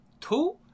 two